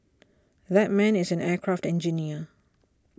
that man is an aircraft engineer